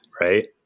Right